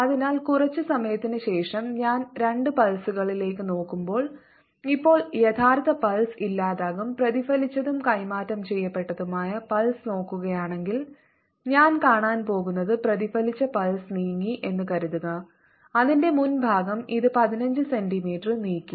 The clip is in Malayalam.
അതിനാൽ കുറച്ച് സമയത്തിന് ശേഷം ഞാൻ രണ്ട് പൾസുകളിലേക്ക് നോക്കുമ്പോൾ ഇപ്പോൾ യഥാർത്ഥ പൾസ് ഇല്ലാതാകും പ്രതിഫലിച്ചതും കൈമാറ്റം ചെയ്യപ്പെട്ടതുമായ പൾസ് നോക്കുകയാണെങ്കിൽ ഞാൻ കാണാൻ പോകുന്നത് പ്രതിഫലിച്ച പൾസ് നീങ്ങി എന്ന് കരുതുക അതിന്റെ മുൻഭാഗം ഇത് 15 സെന്റീമീറ്റർ നീക്കി